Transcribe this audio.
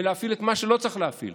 ולהפעיל את מה שלא צריך להפעיל.